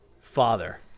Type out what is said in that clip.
Father